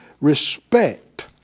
respect